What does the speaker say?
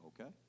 Okay